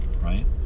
Right